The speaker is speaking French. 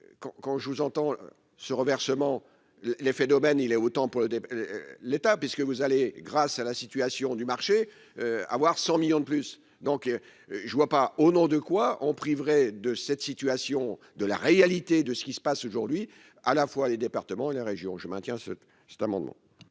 quand je vous entends ce renversement les phénomènes il est autant pour le l'État puisque vous allez grâce à la situation du marché avoir 100 millions de plus donc je ne vois pas au nom de quoi on priverait de cette situation de la réalité de ce qui se passe aujourd'hui à la fois les départements et les régions, je maintiens ce cet amendement.